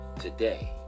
today